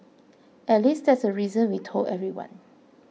at least that's the reason we told everyone